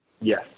Yes